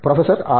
professor R